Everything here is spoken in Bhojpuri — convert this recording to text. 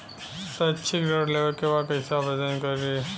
शैक्षिक ऋण लेवे के बा कईसे आवेदन करी?